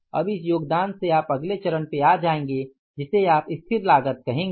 अब इस योगदान से आप अगले चरण पर आ जाएंगे जिसे आप स्थिर लागत कहेंगे